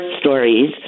stories